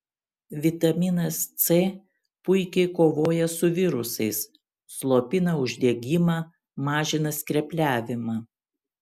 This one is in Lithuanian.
vitaminas c puikiai kovoja su virusais slopina uždegimą mažina skrepliavimą